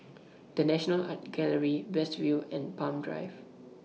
The National Art Gallery West View and Palm Drive